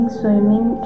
swimming